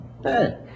Hey